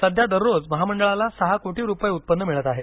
सध्या दररोज महामंडळाला सहा कोटी रुपये उत्पन्न मिळतं आहे